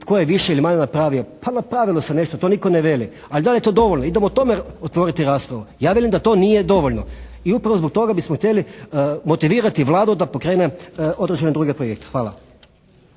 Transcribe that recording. tko je više ili manje napravi. Pa napravilo se nešto, to nitko ne veli. Ali da li je to dovoljno, idemo o tome otvoriti raspravu. Ja velim da to nije dovoljno. I upravo zbog toga bismo htjeli motivirati Vladu da pokrene određene druge projekte. Hvala.